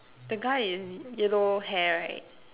the guy is yellow hair right